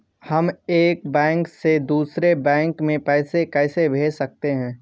हम एक बैंक से दूसरे बैंक में पैसे कैसे भेज सकते हैं?